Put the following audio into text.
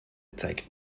zeigt